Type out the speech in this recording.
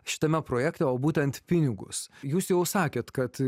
šitame projekte o būtent pinigus jūs jau sakėt kad